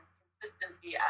consistency